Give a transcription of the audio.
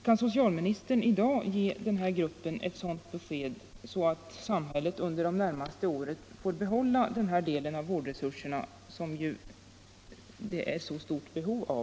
Kan socialministern i dag ge den här gruppen ett sådant besked att samhället under de närmaste åren får behålla denna del av vårdresurserna, som det ju är så stort behov av?